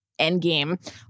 Endgame